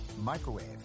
microwave